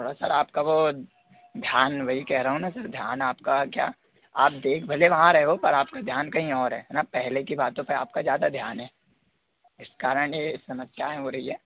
थोड़ा सर आपका वो ध्यान मैं वही कह रहा हूँ ना सर ध्यान आपका क्या आप देख भले वहाँ रहे हो पर आपका ध्यान कहीं और है है ना पहले की बातों पे आपका ज़्यादा ध्यान है इस कारण ये समस्याएँ हो रहीं हैं